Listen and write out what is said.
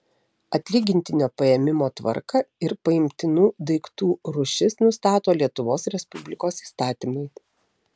atlygintinio paėmimo tvarką ir paimtinų daiktų rūšis nustato lietuvos respublikos įstatymai